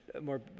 more